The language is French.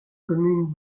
commune